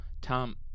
Tom